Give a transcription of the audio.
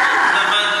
למה?